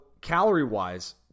calorie-wise